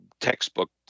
textbook